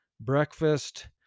breakfast